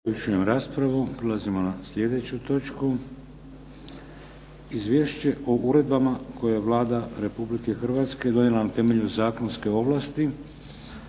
Vladimir (HDZ)** Prelazimo na slijedeću točku. - Izvješće o uredbama koje je Vlada Republike Hrvatske donijela na temelju zakonske ovlasti